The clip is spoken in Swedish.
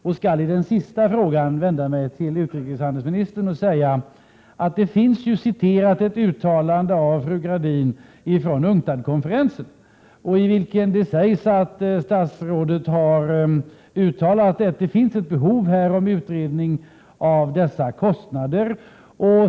Jag vill i den sistnämnda frågan vända mig till utrikeshandelsministern och säga att det i betänkandet hänvisas till att fru Gradin vid UNCTAD konferensen har uttalat att det finns ett behov av utredning av dessa kostnader.